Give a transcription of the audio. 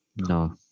No